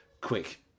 Quick